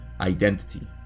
identity